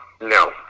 No